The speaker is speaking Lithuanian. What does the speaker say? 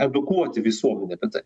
edukuoti visuomenę apie tai